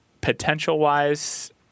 Potential-wise